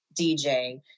DJ